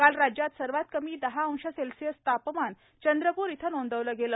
काल राज्यात सर्वात कमी दहा अंश सेल्सिअस तापमान चंद्रपूर इथं नोंदवलं गेलं